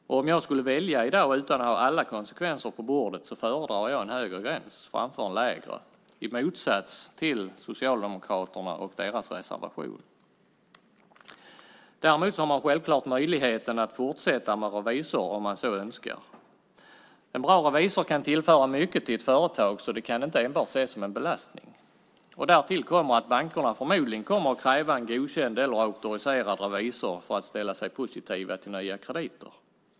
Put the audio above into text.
Om jag skulle välja i dag, utan att ha alla konsekvenser på bordet, skulle jag föredra en högre gräns framför en lägre i motsats till socialdemokraterna och deras reservation. Däremot har man självklart möjligheten att fortsätta med revisor om man så önskar. En bra revisor kan tillföra mycket till ett företag, så det kan inte enbart ses som en belastning. Därtill kommer att bankerna förmodligen kommer att kräva en godkänd eller auktoriserad revisor för att ställa sig positiva till nya krediter.